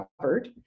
covered